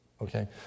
Okay